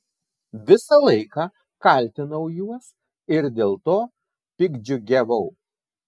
visą laiką kaltinau juos ir dėl to piktdžiugiavau